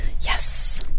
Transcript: Yes